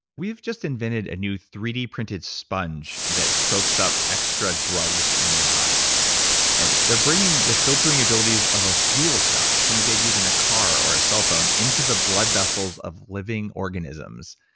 we've just invented a new three d printed sponge that soaks up extra drugs in your body and they're bringing the filtering abilities of a fuel cell, something they'd use in a car or a cell phone, into the blood vessels of living organisms.